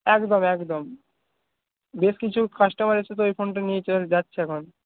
একদম একদম বেশ কিছু কাস্টমার এসে তো এই ফোনটা নিয়ে চলে যাচ্ছে এখন